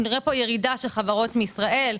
נראה פה ירידה של חברות מישראל,